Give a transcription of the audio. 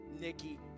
Nikki